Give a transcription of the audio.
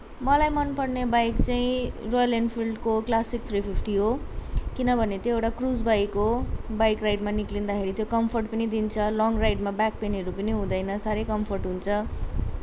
मलाई मनपर्ने बाइक चाहिँ रोयल एनफिल्डको क्लासिक थ्री फिफ्टी हो किनभने त्यो एउटा क्रुज बाइक हो बाइक राइडमा निक्लिँदाखेरि त्यो कम्फोर्ट पनि दिन्छ लङ राइडमा बेक पेनहरू पनि हुँदैन साह्रै कम्फोर्ट हुन्छ